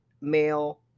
male